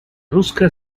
русская